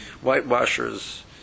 whitewashers